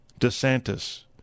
DeSantis